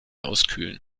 auskühlen